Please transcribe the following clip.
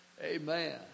Amen